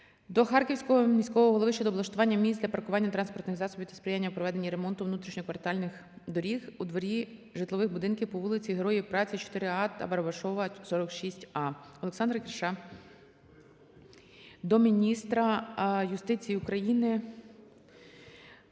до Харківського міського голови щодо облаштування місць для паркування транспортних засобів та сприяння у проведенні ремонту внутрішньоквартальних доріг у дворі житлових будинків по вулиці Героїв Праці, 4-А та Барабашова, 46-А. Олександра Кірша до міністра юстиції України